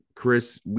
Chris